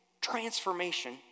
transformation